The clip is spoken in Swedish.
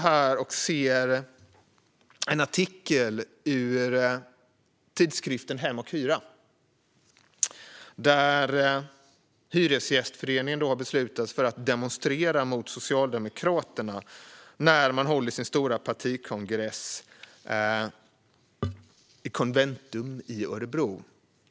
I en artikel i tidskriften Hem & Hyra kan man läsa om hur Hyresgästföreningen har beslutat sig för att demonstrera mot Socialdemokraterna när de håller sin stora partikongress i Conventum i Örebro.